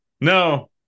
No